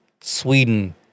Sweden